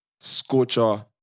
Scorcher